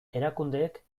erakundeek